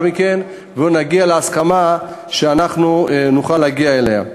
מכן ונגיע להסכמה שאנחנו נוכל להגיע אליה.